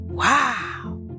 Wow